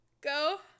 go